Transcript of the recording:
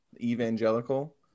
evangelical